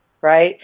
Right